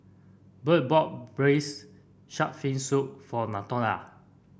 Budd bought Braised Shark Fin Soup for Latonya